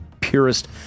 purest